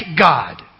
God